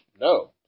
No